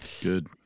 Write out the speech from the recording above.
Good